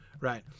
right